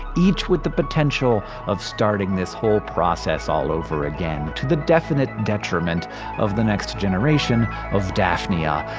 each with the potential of starting this whole process all over again, to the definite detriment of the next generation of daphnia.